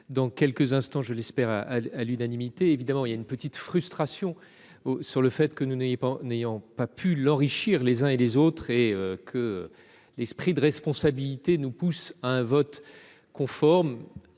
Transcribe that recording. dans quelques instants, je l'espère à l'unanimité, évidemment il y a une petite frustration. Sur le fait que nous n'aimiez pas n'ayant pas pu l'enrichir les uns et les autres et que l'esprit de responsabilité, nous pousse à un vote conforme.